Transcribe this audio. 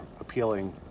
appealing